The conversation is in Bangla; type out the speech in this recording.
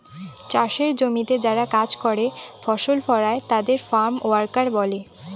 চাষের জমিতে যারা কাজ করে ফসল ফলায় তাদের ফার্ম ওয়ার্কার বলে